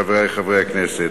חברי חברי הכנסת,